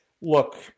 look –